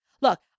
Look